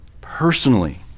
personally